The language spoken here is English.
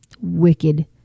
Wicked